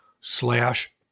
slash